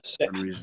six